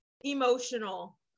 emotional